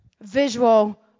visual